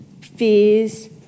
fears